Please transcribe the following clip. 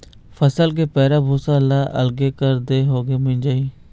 फसल के पैरा भूसा ल अलगे कर देए होगे मिंजई